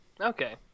Okay